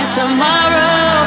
tomorrow